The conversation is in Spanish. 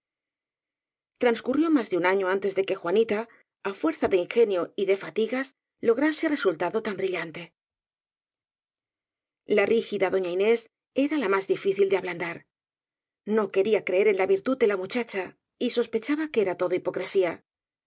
transcurrió más de un año antes de que juanita á fuerza de ingenio y de fatigas lograse resultado tan brillante la rígida doña inés era la más difícil de ablan dar no quería creer en la virtud de la muchacha y sospechaba que era todo hipocresía